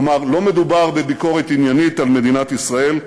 כלומר, לא מדובר בביקורת עניינית על מדינת ישראל,